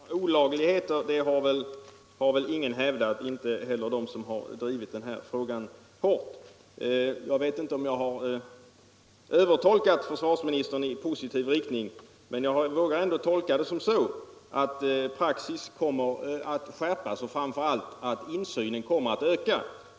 Herr talman! A det skulle ha förekommit några olagligheter har väl ingen hävdat — inte heller de som har drivit den här frågan hårt. Jag vet inte om jag övertolkar försvarsministern i positiv riktning, men jag vågar ändå tyda svarcet så, att praxis kommer att skärpas och, framför allt, att insynen kommer att öka.